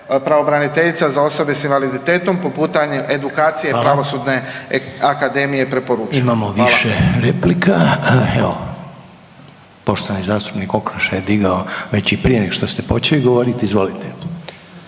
pravobraniteljica za osobe s invaliditetom po pitanju edukacije Pravosudne akademije preporučila. Hvala. **Reiner, Željko (HDZ)** Imamo više replika, evo poštovani zastupnik Okroša je digao već i prije nego što ste počeli govoriti. Izvolite.